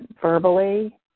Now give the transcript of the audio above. verbally